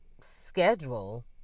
schedule